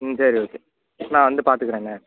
ம் சரி ஓகே நான் வந்து பார்த்துக்கறேங்க